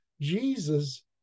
Jesus